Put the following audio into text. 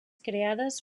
creades